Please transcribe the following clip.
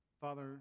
father